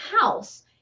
house